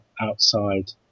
outside